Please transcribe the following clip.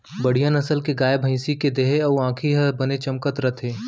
बड़िहा नसल के गाय, भँइसी के देहे अउ आँखी ह बने चमकत रथे